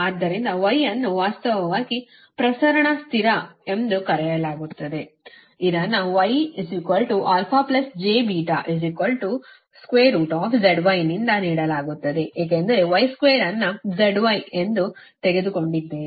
ಆದ್ದರಿಂದ ಅನ್ನು ವಾಸ್ತವವಾಗಿ ಪ್ರಸರಣ ಸ್ಥಿರ ಎಂದು ಕರೆಯಲಾಗುತ್ತದೆ ಮತ್ತು ಇದನ್ನು γαjβzy ನಿಂದ ನೀಡಲಾಗುತ್ತದೆ ಏಕೆಂದರೆ 2 ಅನ್ನು zy ಎಂದು ತೆಗೆದುಕೊಂಡಿದ್ದೇವೆ